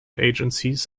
agencies